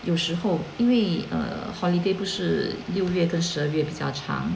有时候因为 err holiday 不是六月跟十二月比较长